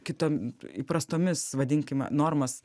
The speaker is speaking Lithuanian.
kitom įprastomis vadinkim normos